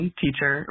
teacher